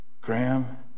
Graham